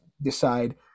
decide